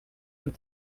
and